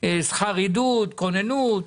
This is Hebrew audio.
שכר עידוד, כוננות.